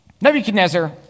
Nebuchadnezzar